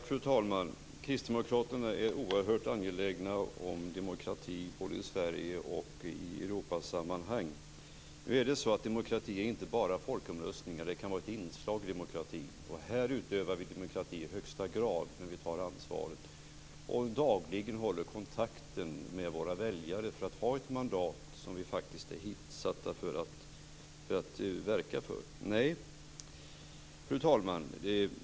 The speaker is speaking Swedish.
Fru talman! Kristdemokraterna är oerhört angelägna om demokrati både i Sverige och i Europasammanhang. Demokrati är inte bara folkomröstningar. De kan vara ett inslag i demokratin. Här utövar vi i högsta grad demokrati. Vi tar ansvaret, och vi håller dagligen kontakten med våra väljare för att utöva det mandat vi är satta att verka för. Fru talman!